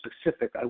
specific